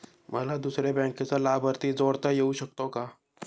मला दुसऱ्या बँकेचा लाभार्थी जोडता येऊ शकतो का?